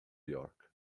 york